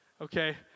Okay